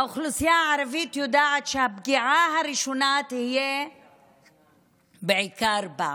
האוכלוסייה הערבית יודעת שהפגיעה הראשונה תהיה בעיקר בה.